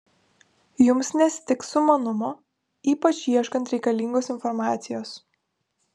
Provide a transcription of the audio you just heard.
jums nestigs sumanumo ypač ieškant reikalingos informacijos